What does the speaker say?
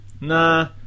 Nah